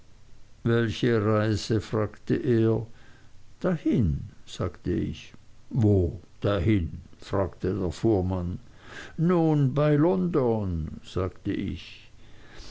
welche reise fragte er dahin sagte ich wo dahin fragte der fuhrmann nun bei london sagte ich